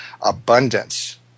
abundance